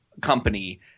company